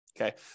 Okay